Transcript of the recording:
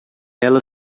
ela